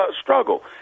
struggle